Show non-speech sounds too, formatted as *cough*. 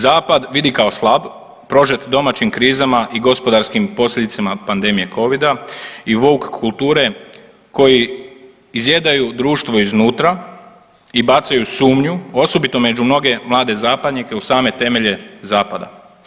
Zapad vidi kao slab, prožet domaćim krizama i gospodarskim posljedicama pandemije Covida i ... *unintelligible* kulture koji izjedaju društvo iznutra i bacaju sumnju, osobito među mnoge zapadnjake u same temelje Zapada.